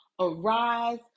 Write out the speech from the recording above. arise